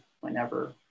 whenever